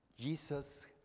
Jesus